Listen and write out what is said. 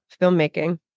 filmmaking